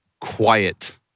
quiet